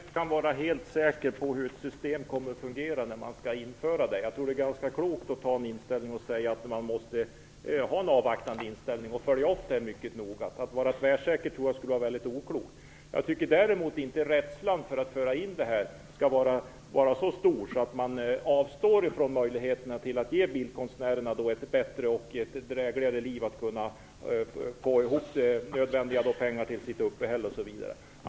Herr talman! Vem kan vara helt säker på hur ett system kommer att fungera innan det har införts? Jag tror att det är ganska klokt att inta en avvaktande inställning och följa upp det hela mycket noga. Det skulle vara oklokt att vara tvärsäker. Rädslan för att införa detta system skall inte vara så stor att man avstår från möjligheterna att ge bildkonstnärerna ett bättre och drägligare liv så att de kan få ihop pengar till sitt uppehälle osv.